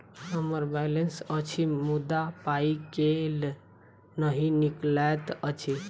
हम्मर बैलेंस अछि मुदा पाई केल नहि निकलैत अछि?